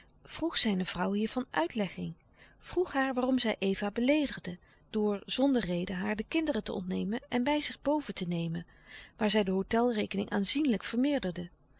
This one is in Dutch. vroeg zijne vrouw hiervan uitlegging vroeg haar waarom zij eva beleedigde door zonder reden haar de kinderen te ontnemen en bij zich boven te nemen waar zij de hôtelrekening aanzienlijk vermeerderde